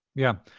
yeah.